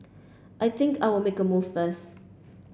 I think I will make a move first